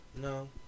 No